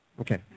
Okay